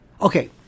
Okay